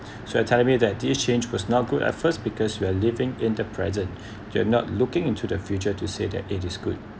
so you're telling me that these change was not good at first because we're living in the present you're not looking into the future to say that it is good